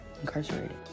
incarcerated